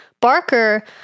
Barker